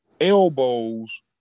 elbows